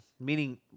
meaning